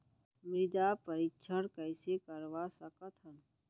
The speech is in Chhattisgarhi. मृदा परीक्षण कइसे करवा सकत हन?